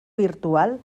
virtual